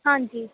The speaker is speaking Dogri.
हांजी